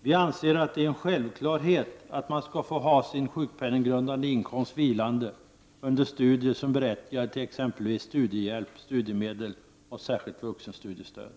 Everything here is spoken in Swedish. Vi anser att det är en självklarhet att man skall få ha sin sjukpenninggrundande inkomst vilande under studier som berättigar till studiehjälp, studiemedel och särskilt vuxenstudiestöd.